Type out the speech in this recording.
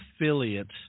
affiliates